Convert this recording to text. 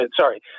sorry